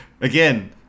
Again